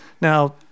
Now